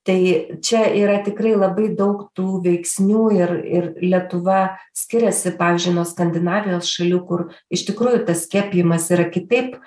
tai čia yra tikrai labai daug tų veiksnių ir ir lietuva skiriasi pavyzdžiui nuo skandinavijos šalių kur iš tikrųjų tas skiepijimas yra kitaip